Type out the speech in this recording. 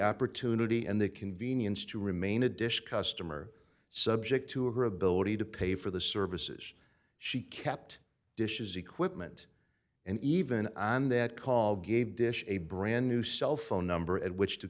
opportunity and the convenience to remain a dish customer subject to her ability to pay for the services she kept dishes equipment and even on that call gave dish a brand new cell phone number at which